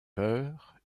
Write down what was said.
peur